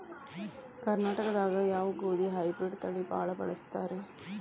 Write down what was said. ಕರ್ನಾಟಕದಾಗ ಯಾವ ಗೋಧಿ ಹೈಬ್ರಿಡ್ ತಳಿ ಭಾಳ ಬಳಸ್ತಾರ ರೇ?